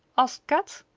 asked kat.